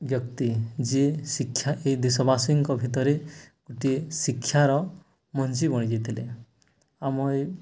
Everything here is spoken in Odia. ବ୍ୟକ୍ତି ଯିଏ ଶିକ୍ଷା ଏଇ ଦେଶବାସୀଙ୍କ ଭିତରେ ଗୋଟିଏ ଶିକ୍ଷାର ମଞ୍ଜି ବୁଣିଯାଇ ଥିଲେ ଆମ ଏଇ